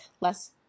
less